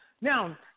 now